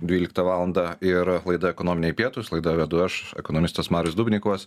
dvyliktą valandą ir laidą ekonominiai pietūs laidą vedu aš ekonomistas marius dubnikovas